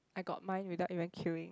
I got mine without even queuing